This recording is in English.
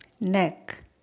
Neck